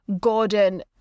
Gordon